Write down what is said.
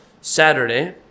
Saturday